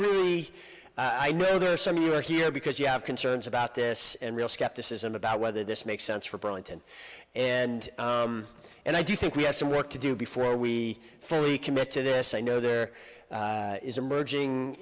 really i know there are some of you here because you have concerns about this and real skepticism about whether this makes sense for burlington and and i do think we have some work to do before we fully commit to this i know there is emerging